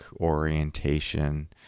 orientation